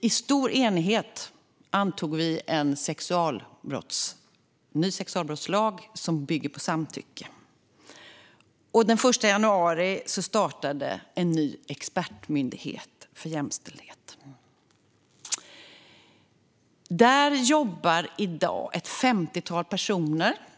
I stor enighet antog vi en ny sexualbrottslag som bygger på samtycke, och den 1 januari startade en ny expertmyndighet för jämställdhet. Där jobbar i dag ett femtiotal personer.